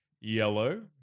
yellow